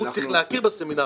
הוא צריך להכיר בסמינרים.